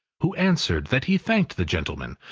who answered that he thanked the gentleman,